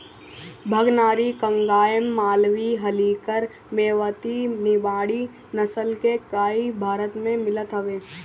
भगनारी, कंगायम, मालवी, हल्लीकर, मेवाती, निमाड़ी नसल के गाई भारत में मिलत हवे